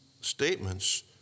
statements